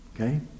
okay